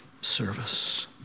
service